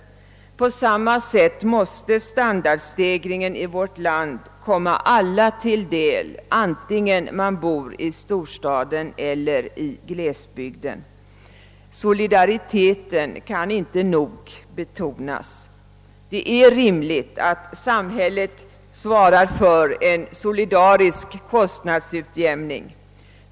På samma sätt måste alla få del av standardstegringen i vårt land, både de som bor i storstaden och de som bor på landsbygden. Solidariteten kan inte nog betonas. Det är rimligt att samhället svarar för en solidarisk kostnadsutjämning.